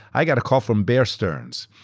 i got a call from bear stearns.